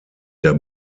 der